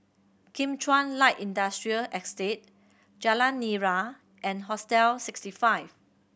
Kim Chuan Light Industrial Estate Jalan Nira and Hostel Sixty Five